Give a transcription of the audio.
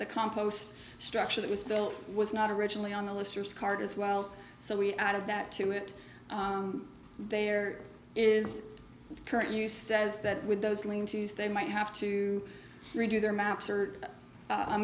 the compost structure that was built was not originally on the list or scarred as well so we added that to it there is current use says that with those lame tuesday might have to redo their